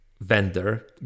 vendor